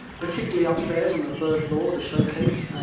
particularly upstairs on the third floor, the showcase,